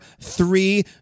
three